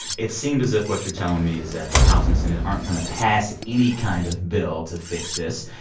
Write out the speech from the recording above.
it seemed as if what you're telling me is that the house and senate aren't going to pass any kind of bill to fix this.